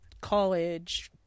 college